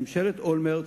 ממשלת אולמרט,